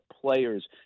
players